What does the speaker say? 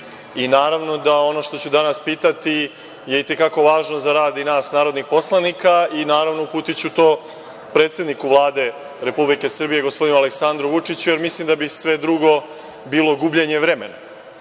i naravno da ono što ću danas pitati je i te kako važno za rad i nas narodnih poslanika i naravno uputiću to predsedniku Vlade Republike Srbije, gospodinu Aleksandru Vučiću, jer mislim da bi sve drugo bilo gubljenje vremena. Pre